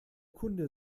kunde